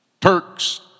Turks